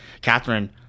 Catherine